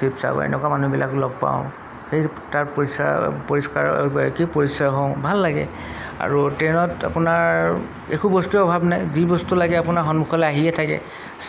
শিৱসাগৰ এনেকুৱা মানুহবিলাক লগ পাওঁ সেই তাত পৰিচাৰ পৰিষ্কাৰ কি পৰিচয় হওঁ ভাল লাগে আৰু ট্ৰেইনত আপোনাৰ একো বস্তুৱে অভাৱ নাই যি বস্তু লাগে আপোনাৰ সন্মুখলৈ আহিয়ে থাকে